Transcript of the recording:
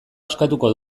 askatuko